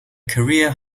career